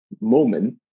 moment